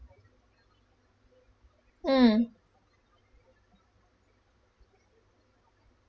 mm